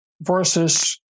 versus